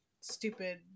stupid